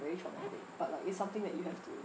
very traumatic but like it's something that you have to